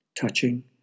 touching